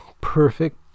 perfect